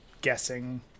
guessing